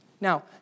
Now